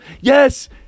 Yes